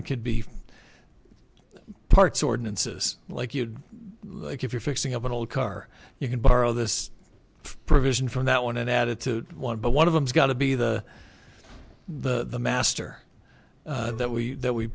and could be parts ordinances like you'd like if you're fixing up an old car you can borrow this provision from that one and add it to one but one of them's got to be the the master that we that we